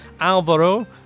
Alvaro